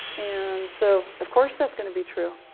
and so of course that's going to be true.